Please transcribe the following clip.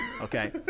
Okay